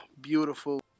beautiful